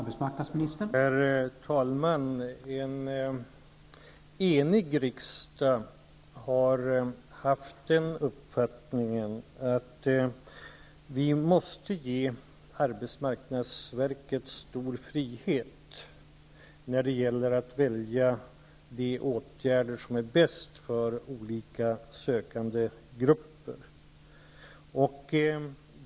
Herr talman! En enig riksdag har haft den uppfattningen att vi måste ge arbetsmarknadsverket stor frihet att välja de åtgärder som är de bästa för olika sökandegrupper.